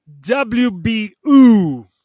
WBU